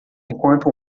enquanto